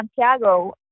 Santiago